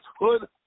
hood